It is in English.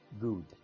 Good